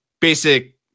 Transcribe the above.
basic